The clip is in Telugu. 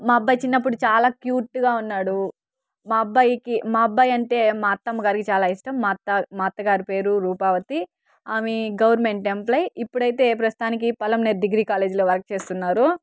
మా అబ్బాయ్ చిన్నప్పుడు చాలా క్యూట్గా ఉన్నాడు మా అబ్బాయికి మా అబ్బాయ్ అంటే మా అత్తమ్మ గారికి చాలా ఇష్టం మా అత్త మా అత్తగారి పేరు రూపావతి ఆమె గవర్నమెంట్ ఎంప్లాయ్ ఇప్పుడైతే ప్రస్తుతానికి పలమనేర్ డిగ్రీ కాలేజీలో వర్క్ చేస్తున్నారు